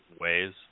ways